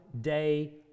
day